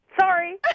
sorry